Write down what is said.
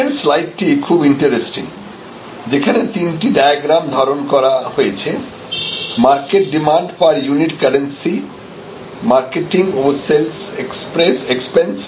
উপরের স্লাইডটি খুব ইন্টারেস্টিং যেখানে তিনটি ডায়াগ্রাম ধারণ করা হয়েছে market demand per unit currency marketing ও সেলস্ এক্সপেন্স